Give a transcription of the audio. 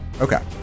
Okay